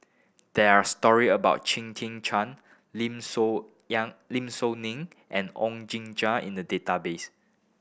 there are story about Chia Tee Chiak Lim Soo Lim Soo Ngee and Oon Jin Gee in the database